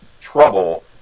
trouble